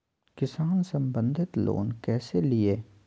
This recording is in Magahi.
किसान संबंधित लोन कैसै लिये?